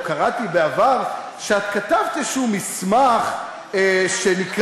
או קראתי בעבר שאת כתבת איזשהו מסמך שנקרא